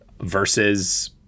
Versus